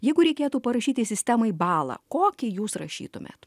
jeigu reikėtų parašyti sistemai balą kokį jūs rašytumėt